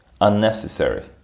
unnecessary